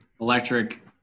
electric